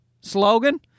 slogan